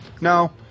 no